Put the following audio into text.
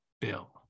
Bill